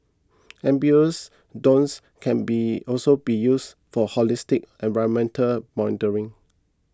amphibious drones can be also be used for holistic environmental monitoring